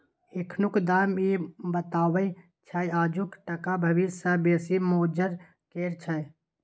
एखनुक दाम इ बताबैत छै आजुक टका भबिस सँ बेसी मोजर केर छै